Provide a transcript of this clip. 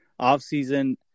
offseason